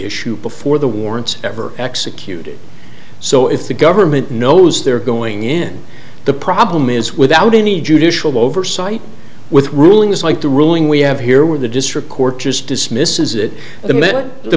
issue before the warrants ever exit queued so if the government knows they're going in the problem is without any judicial oversight with rulings like the ruling we have here with the district court just dismiss is it the minute the